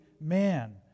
man